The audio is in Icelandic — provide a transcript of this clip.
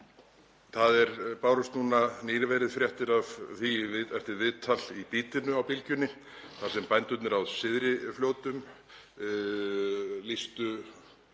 Það bárust núna nýverið fréttir af því við eftir viðtal í Bítinu á Bylgjunni þar sem bændurnir að Syðri-Fljótum lýstu